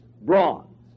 bronze